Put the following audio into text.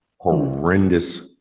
horrendous